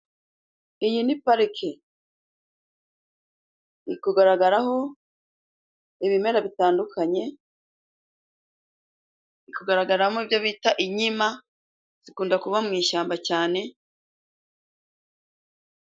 Iyi ni pariki iri kugaragaraho ibimera bitandukanye, iri kugaragaramo ibyo bita inkima zikunda kuba mu ishyamba cyane....